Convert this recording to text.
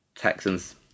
Texans